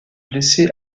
blesser